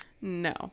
No